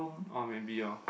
oh maybe orh